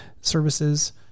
services